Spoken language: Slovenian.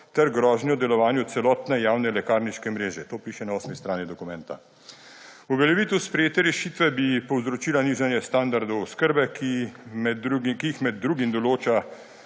ter grožnjo delovanju celotne javne lekarniške mreže. To piše na osmi strani dokumenta. Uveljavitev sprejete rešitve bi povzročila nižanje standardov oskrbe, ki jih med drugim določata